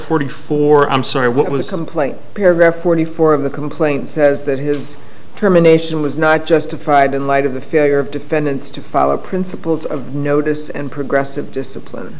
forty four i'm sorry what was simply paragraph forty four of the complaint says that his determination was not justified in light of the failure of defendants to follow principles of notice and progressive discipline